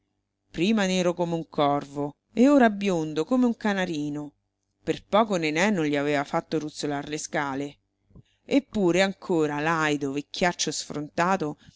prima nero come un corvo e ora biondo come un canarino per poco nené non gli aveva fatto ruzzolar le scale eppure ancora laido vecchiaccio sfrontato